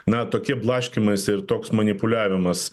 na tokie blaškymaisi ir toks manipuliavimas